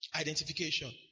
Identification